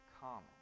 common